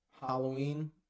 Halloween